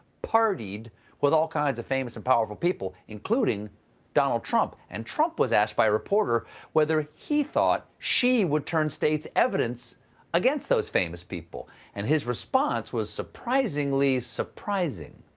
pardoned with all finds of famous and powerful people included donald trump and trump was asked by a reporter whether he thought she would turn states evidence against those famous people and his response was surprisingly surprisingly.